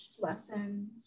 lessons